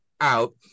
out